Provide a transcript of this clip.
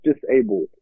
disabled